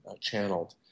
channeled